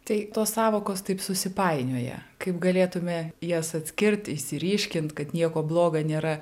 tai tos sąvokos taip susipainioję kaip galėtume jas atskirti išsiryškint kad nieko bloga nėra